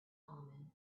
common